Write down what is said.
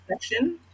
section